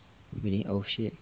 really oh shit